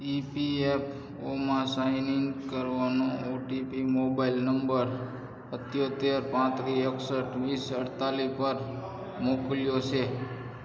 ઇ P F ઓમાં sign in કરવાનો O T P mobile number અઠ્યોતેર પાંત્રીસ એકસઠ વીસ અડતાલીસ પર મોકલ્યો છે